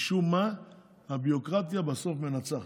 משום מה הביורוקרטיה בסוף מנצחת.